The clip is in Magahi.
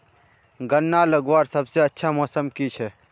गन्ना लगवार सबसे अच्छा मौसम की छे?